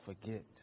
forget